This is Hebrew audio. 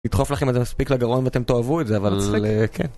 אני אדחוף לכם את זה מספיק לגרון ואתם תאהבו את זה אבל כן